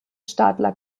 stadler